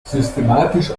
systematisch